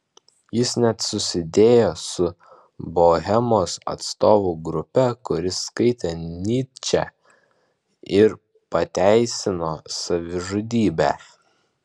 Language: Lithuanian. jis net susidėjo su bohemos atstovų grupe kuri skaitė nyčę ir pateisino savižudybę